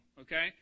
okay